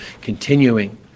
continuing